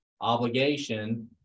obligation